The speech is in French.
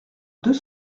deux